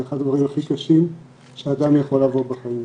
אחד הדברים הכי קשים שאדם יכול לעבור בחיים שלו.